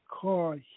car